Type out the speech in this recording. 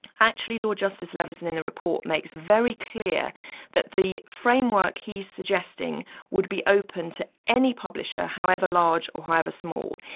actually lord justice leveson in the report makes very clear that the framework he's suggesting would be open to any publisher however large or however small.